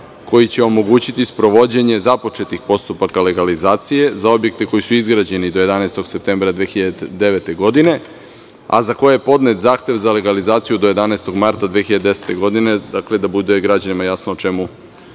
koji će omogućiti sprovođenje započetih postupaka legalizacije za objekte koji su izgrađeni do 11. septembra 2009. godine, a za koje je podnet zahtev za legalizaciju do 11. marta 2010. godine, dakle, da bude građanima jasno o čemu